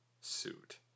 suit